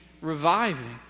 reviving